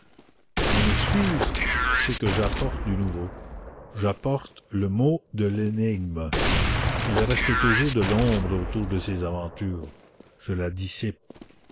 mon excuse c'est que j'apporte du nouveau j'apporte le mot de l'énigme il reste toujours de l'ombre autour de ces aventures je la dissipe